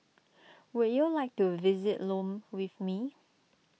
would you like to visit Lome with me